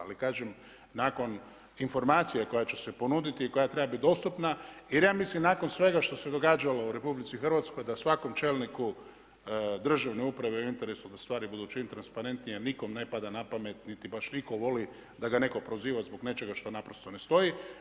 Ali kažem, nakon informacije koja će se ponuditi i koja treba biti dostupna jer ja mislim nakon svega što se događalo u RH da svakom čelniku državne uprave je u interesu da stvari budu čim transparentnije jer nikome ne pada na pamet niti baš niko voli da ga neko proziva zbog nečega što ne stoji.